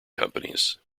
companies